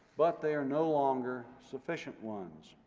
but they are no longer sufficient ones.